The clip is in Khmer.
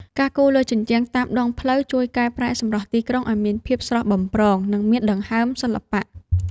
ការគូរលើជញ្ជាំងតាមដងផ្លូវជួយកែប្រែសម្រស់ទីក្រុងឱ្យមានភាពស្រស់បំព្រង និងមានដង្ហើមសិល្បៈ។